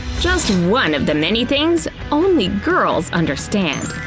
just one of the many things only girls understand.